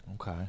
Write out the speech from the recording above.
Okay